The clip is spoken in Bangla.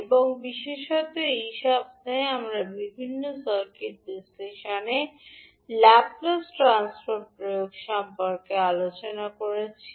এবং বিশেষত এই সপ্তাহে আমরা বিভিন্ন সার্কিট বিশ্লেষণে ল্যাপ্লেস ট্রান্সফর্ম প্রয়োগ সম্পর্কে আলোচনা করেছি